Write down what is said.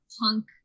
punk